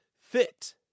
fit